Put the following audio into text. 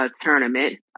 Tournament